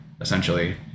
essentially